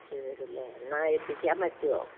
ചേരൂല്ലേ എന്നാൽ എത്തിക്കാൻ പറ്റുമോ